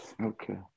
Okay